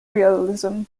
realism